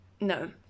no